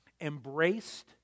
embraced